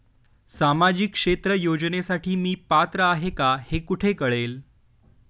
सामाजिक क्षेत्र योजनेसाठी मी पात्र आहे का हे कुठे कळेल?